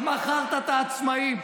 מכרת את העצמאים.